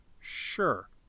sure